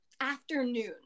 afternoon